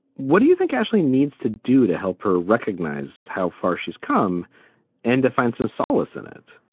what do you think ashley needs to do to help her recognize how far she's come and to find some solace in it?